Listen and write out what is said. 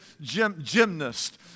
gymnast